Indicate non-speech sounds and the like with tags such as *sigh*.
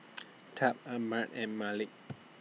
*noise* Tab Armand and Malik